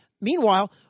Meanwhile